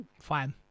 Fine